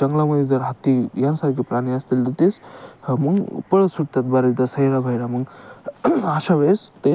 जंगलामध्ये जर हत्ती यांसारखे प्राणी असतील तर तेच मग पळत सुटतात बऱ्याचदा सैराभैरा मग अशा वेळेस ते